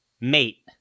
mate